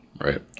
Right